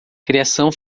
criação